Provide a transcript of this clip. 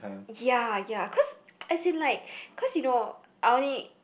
ya ya cause as in like cause you know I only